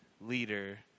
leader